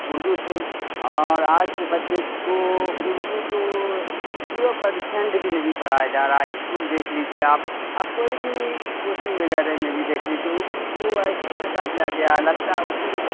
اردو سے اور آج کے بچے کو اردو تو جیرو پرسینٹ بھی نہیں پڑھایا جا رہا ہے اسکول دیکھ لیجیے آپ آپ کوئی بھی کوچنگ وغیرہ میں بھی دیکھ لیجیے اردو کو ایسے ہٹا دیا گیا لگتا ہے اردو کا